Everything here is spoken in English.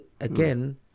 again